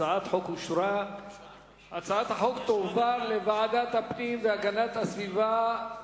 התשס"ט 2009, לוועדת הפנים והגנת הסביבה נתקבלה.